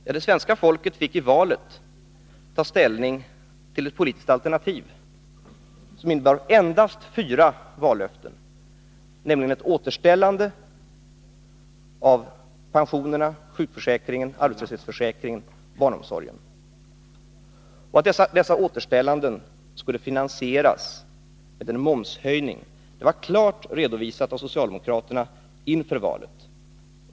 Ja, det svenska folket fick i valet ta ställning till ett politiskt alternativ som innebar endast fyra vallöften, nämligen återställande av pensionerna, sjukförsäkringen, arbetslöshetsförsäkringen och barnomsorgen och att detta skulle finansieras med en momshöjning. Det var klart redovisat av socialdemokraterna inför valet.